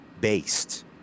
based